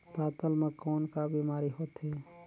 पातल म कौन का बीमारी होथे?